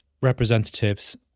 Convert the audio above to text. representatives